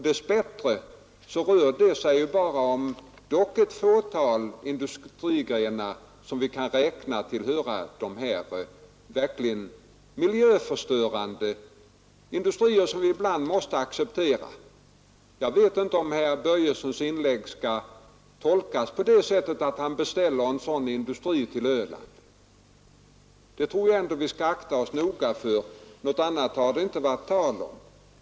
Dess bättre rör det sig om bara ett fåtal industrigrenar, som vi kan anse tillhöra de verkligt miljöförstörande industrierna men som vi dock måste acceptera. Jag vet inte om herr Börjessons inlägg skulle tolkas så att han beställer en sådan industri till Öland. Det tror jag ändå att vi skall akta oss noga för. Något annat har det inte varit tal om.